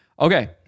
okay